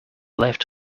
left